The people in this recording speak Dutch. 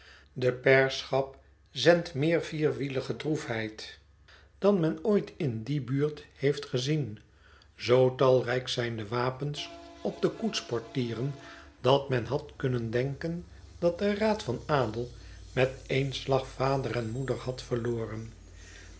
de pairschap zendt meer vierwielige droefheid dan men ooit in die buurt heeft gezien zoo talrijk zijn de wapens op koetsportieren dat men had kunnen denken dat de raad van adel met één slag vader en moeder had verloren